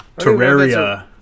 Terraria